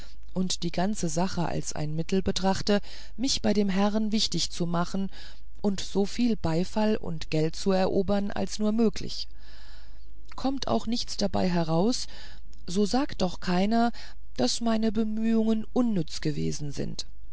und die ganze sache als ein mittel betrachte mich bei dem herrn wichtig zu machen und so viel beifall und geld zu erobern als nur möglich kommt auch nichts heraus so sagt doch keiner daß meine bemühungen unnütz gewesen sind